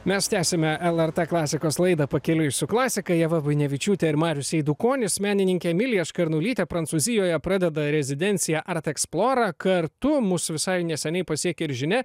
mes tęsiame lrt klasikos laidą pakeliui su klasika ieva buinevičiūtė ir marius eidukonis menininkė emilija škarnulytė prancūzijoje pradeda rezidenciją arteksplora kartu mus visai neseniai pasiekė ir žinia